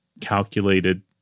calculated